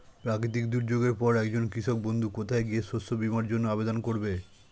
প্রাকৃতিক দুর্যোগের পরে একজন কৃষক বন্ধু কোথায় গিয়ে শস্য বীমার জন্য আবেদন করবে?